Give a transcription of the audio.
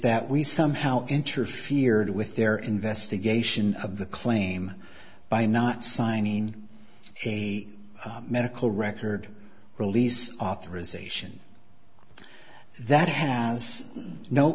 that we somehow interfered with their investigation of the claim by not signing a medical record release authorisation that has no